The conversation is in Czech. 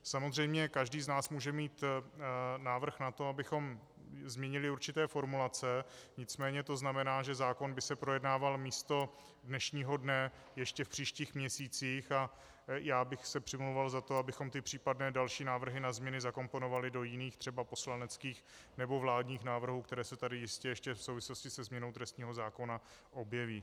Samozřejmě každý z nás může mít návrh na to, abychom zmínili určité formulace, nicméně to znamená, že zákon by se projednával místo dnešního dne ještě v příštích měsících, a já bych se přimlouval za to, abychom ty případné další návrhy na změny zakomponovali do jiných, třeba poslaneckých nebo vládních návrhů, které se tady jistě ještě v souvislosti se změnou trestního zákona objeví.